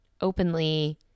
openly